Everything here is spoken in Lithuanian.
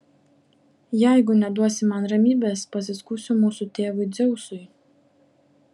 jeigu neduosi man ramybės pasiskųsiu mūsų tėvui dzeusui